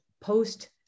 Post